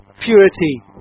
purity